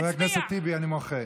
חבר הכנסת טיבי, אני מוחה.